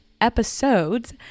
episodes